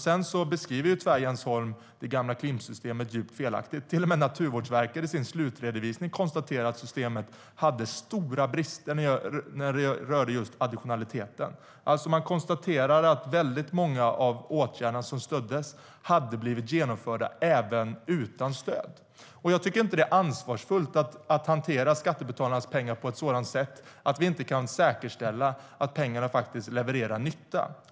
Jens Holm beskriver det gamla Klimpsystemet djupt felaktigt. Till och med Naturvårdsverket konstaterade i sin slutredovisning att systemet hade stora brister vad gällde additionalitet. Man konstaterade att många av de åtgärder som stöddes hade genomförts även utan stöd. Det är inte ansvarsfullt att hantera skattebetalarnas pengar så att vi inte kan säkerställa att pengarna levererar nytta.